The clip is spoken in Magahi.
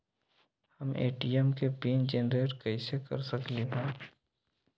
हम ए.टी.एम के पिन जेनेरेट कईसे कर सकली ह?